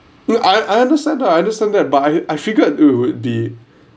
well I I understand I understand that but I I figured it would be